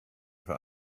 for